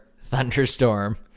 thunderstorm